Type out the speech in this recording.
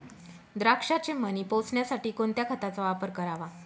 द्राक्षाचे मणी पोसण्यासाठी कोणत्या खताचा वापर करावा?